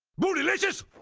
bootylicious!